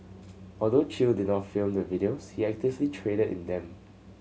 although Chew did not film the videos he actively traded in them